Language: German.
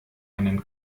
einen